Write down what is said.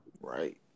Right